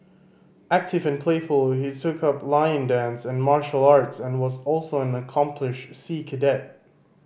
active and playful he took up lion dance and martial arts and was also an accomplished sea cadet